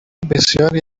بسیاری